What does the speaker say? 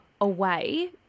away